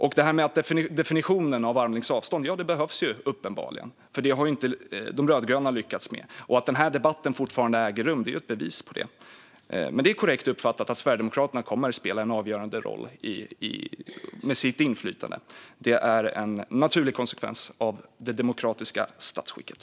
En definition av armlängds avstånd behövs uppenbarligen, för det har inte de rödgröna lyckats med. Att denna debatt fortfarande äger rum är ett bevis på det. Men det är korrekt uppfattat att Sverigedemokraterna kommer att spela en avgörande roll med sitt inflytande. Det är en naturlig konsekvens av det demokratiska statsskicket.